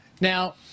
now